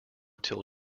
till